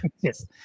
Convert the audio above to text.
yes